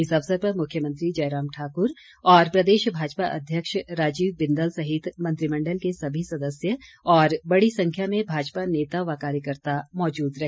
इस अवसर पर मुख्यमंत्री जयराम ठाकुर प्रदेश भाजपा अध्यक्ष राजीव बिंदल सहित मंत्रिमंडल के सभी सदस्य और बड़ी संख्या में भाजपा नेता व कार्यकर्त्ता मौजूद रहे